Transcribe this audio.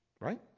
Right